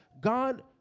God